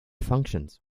functions